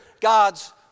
God's